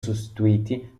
sostituiti